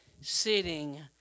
sitting